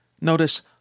notice